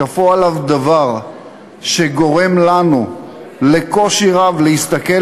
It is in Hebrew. כפו עליו דבר שגורם לנו קושי רב להסתכל